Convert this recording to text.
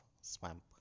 swamp